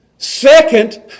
Second